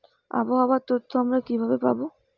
আবহাওয়ার তথ্য আমরা কিভাবে পাব?